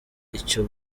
icyo